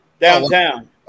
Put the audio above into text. downtown